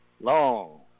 long